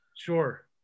Sure